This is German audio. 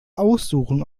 aussuchen